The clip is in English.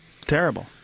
Terrible